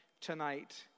tonight